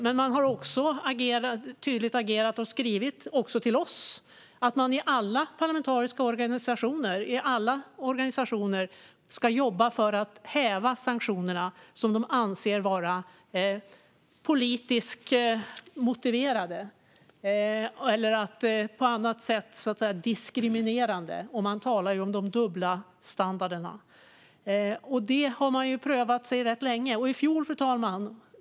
Men man har också tydligt agerat och skrivit även till oss att man i alla parlamentariska organisationer och i alla organisationer tänker jobba för att häva sanktionerna, som man anser vara politiskt motiverade eller på annat sätt diskriminerande. Man talar om de dubbla standarderna. Detta har man prövat rätt länge.